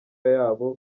yabo